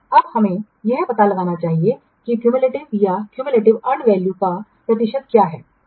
अब हमें यह पता लगाना चाहिए कि क्यूमयूलेटिव या क्यूमयूलेटिव अर्न वैल्यू का प्रतिशत क्या है